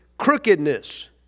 crookedness